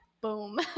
Boom